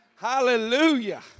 Hallelujah